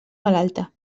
malalta